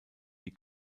die